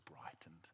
brightened